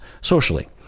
socially